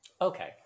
Okay